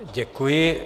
Děkuji.